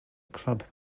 club